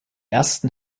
ersten